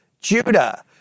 Judah